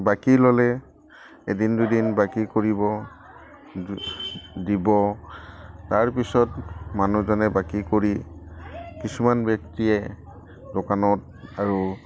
বাকী ল'লে এদিন দুদিন বাকী কৰিব দিব তাৰপিছত মানুহজনে বাকী কৰি কিছুমান ব্যক্তিয়ে দোকানত আৰু